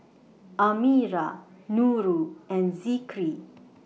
Amirah Nurul and Zikri